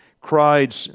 cried